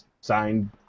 signed